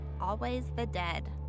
AlwaysTheDead